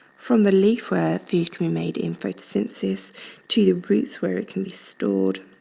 from the leaf where food can be made in photosynthesis to the roots where it can be stored